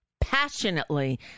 passionately